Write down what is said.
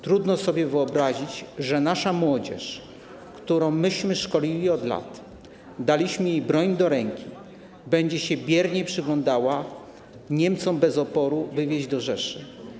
Trudno sobie wyobrazić, że nasza (...) młodzież, którą myśmy szkolili od lat (...) daliśmy jej broń do ręki, będzie się biernie przyglądała albo da się Niemcom bez oporu wywieźć do Rzeszy?